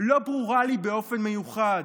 לא ברורה לי באופן מיוחד.